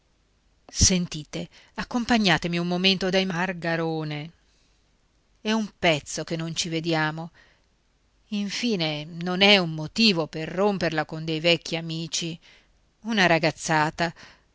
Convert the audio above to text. sentite accompagnatemi un momento dai margarone è un pezzo che non ci vediamo infine non è un motivo per romperla con dei vecchi amici una ragazzata